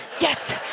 Yes